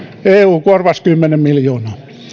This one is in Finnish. eu korvasi kymmenen miljoonaa